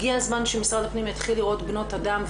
הגיע הזמן שמשרד הפנים יתחיל לראות בנות אדם,